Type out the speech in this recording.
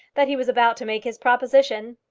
that he was about to make his proposition.